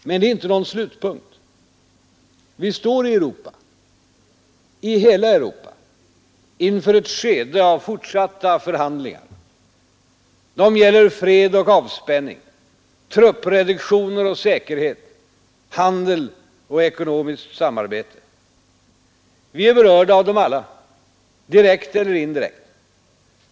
Men det är inte någon slutpunkt. Vi står i Europa — i hela Europa — inför ett skede av fortsatta förhandlingar. De gäller fred och avspänning, truppreduktioner och säkerhet, handel och ekonomiskt samarbete. Vi är berörda av dem alla — direkt eller indirekt.